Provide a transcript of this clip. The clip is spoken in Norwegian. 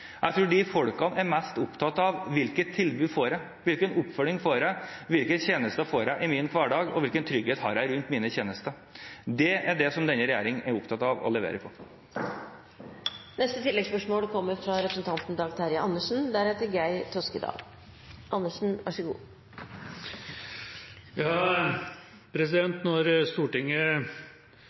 Jeg tror ikke de menneskene er så veldig opptatt av hvem som eier. Jeg tror de er mest opptatt av hvilke tilbud, hvilken oppfølging og hvilke tjenester de får i sin hverdag, og hvilken trygghet de har rundt disse tjenestene. Det er det denne regjeringen er opptatt av å levere på. Dag Terje Andersen – til oppfølgingsspørsmål. Da Stortinget